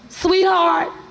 Sweetheart